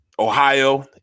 Ohio